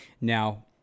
now